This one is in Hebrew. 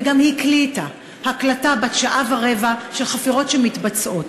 וגם הקליטה הקלטה בת שעה ורבע של חפירות שמתבצעות.